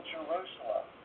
Jerusalem